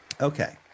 Okay